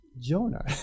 Jonah